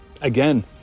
again